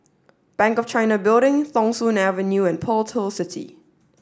Bank of China Building Thong Soon Avenue and Pearl's Hill City